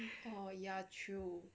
oh ya true